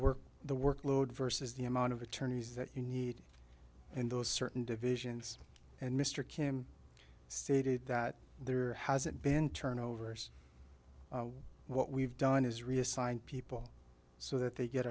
work the workload versus the amount of attorneys that you need and those certain divisions and mr kim stated that there hasn't been turnovers what we've done is reassigned people so that they get